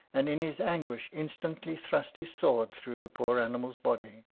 and in his anguish instantly thrust his sword through the poor animal's body.